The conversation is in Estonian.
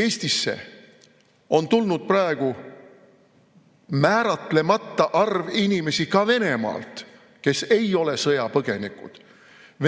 Eestisse on tulnud praegu ka Venemaalt määratlemata arv inimesi, kes ei ole sõjapõgenikud.